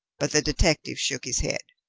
but the detective shook his head.